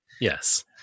Yes